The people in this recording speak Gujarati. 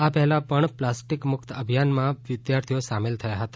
આ પહેલા પણ પ્લાસ્ટીક મુકત અભિયાનમાં પણ વિદ્યાર્થીઓ સામેલ થયા હતા